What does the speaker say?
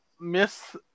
miss